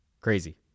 Crazy